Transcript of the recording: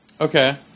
Okay